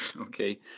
Okay